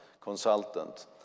consultant